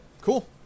Cool